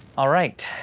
all right,